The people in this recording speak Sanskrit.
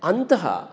अन्तः